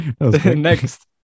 Next